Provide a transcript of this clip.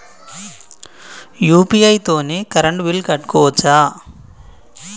UPI తోని current bill కట్టుకోవచ్ఛా?